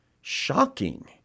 shocking